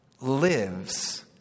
lives